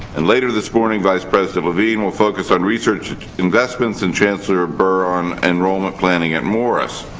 and, later this morning, vice president levine will focus on research investments. and chancellor behr on enrollment planning at morris.